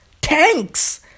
Tanks